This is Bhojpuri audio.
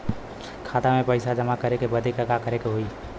खाता मे पैसा जमा करे बदे का करे के होई?